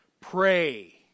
Pray